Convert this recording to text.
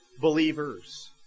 believers